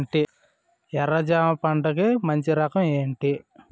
ఎర్ర జమ పంట కి మంచి రకం ఏంటి?